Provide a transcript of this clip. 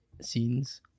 scenes